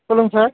சொல்லுங்கள் சார்